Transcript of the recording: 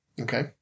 Okay